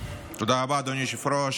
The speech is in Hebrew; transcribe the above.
תודה רבה, אדוני היושב-ראש.